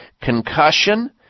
Concussion